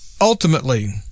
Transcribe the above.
ultimately